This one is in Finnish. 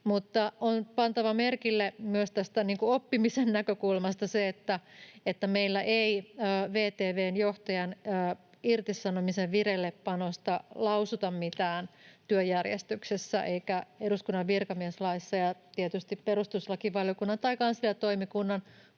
mutta on pantava merkille myös tästä oppimisen näkökulmasta se, että meillä ei VTV:n johtajan irtisanomisen vireillepanosta lausuta mitään työjärjestyksessä eikä eduskunnan virkamieslaissa. Tietysti perustuslakivaliokunnan tai kansliatoimikunnan